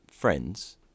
friends